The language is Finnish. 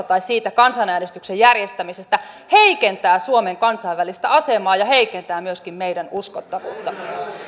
tai siitä kansanäänestyksen järjestämisestä heikentävät suomen kansainvälistä asemaa ja heikentävät myöskin meidän uskottavuuttamme